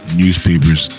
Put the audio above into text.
newspapers